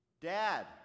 Dad